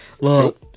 look